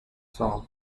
tom